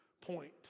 point